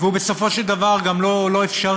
ועל כך מגיעה לך מלוא ההערכה.